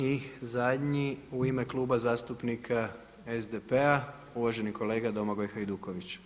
I zadnji u ime Kluba zastupnika SDP-a uvaženi kolega Domagoj Hajduković.